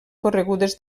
corregudes